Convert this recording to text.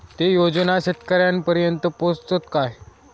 ते योजना शेतकऱ्यानपर्यंत पोचतत काय?